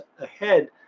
ahead